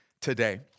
today